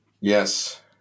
Yes